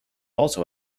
also